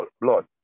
blood